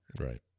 right